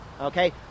okay